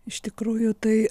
iš tikrųjų tai